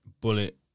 Bullet